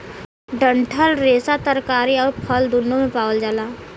डंठल रेसा तरकारी आउर फल दून्नो में पावल जाला